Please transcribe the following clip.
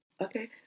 okay